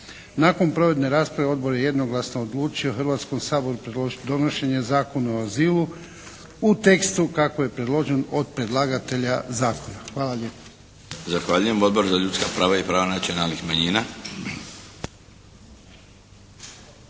Nakon provedene rasprave Odbor je jednoglasno odlučio Hrvatskom saboru predložiti donošenje Zakona o azilu u tekstu kako je predložen od predlagatelja Zakona. Hvala lijepo. **Milinović, Darko (HDZ)** Zahvaljujem. Odbor za ljudska prava i prava nacionalnih manjina.